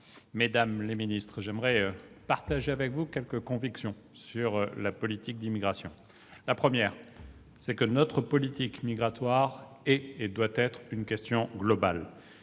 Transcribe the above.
messieurs les sénateurs, j'aimerais partager avec vous quelques convictions sur la politique d'immigration. La première est que notre politique migratoire est, et doit être une question globale.